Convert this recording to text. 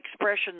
expression